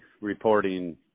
reporting